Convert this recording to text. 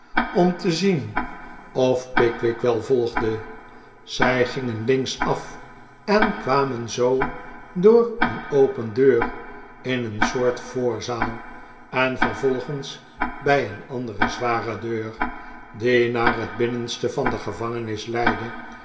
om te zien of pickwick wel volgde zij gingen links af en kwamen zoo door een open deur in een soort voorzaal en vervolgens bij een andere zware deur die naar het binnenste van de gevangenis leidde